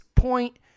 point